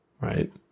right